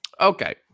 Okay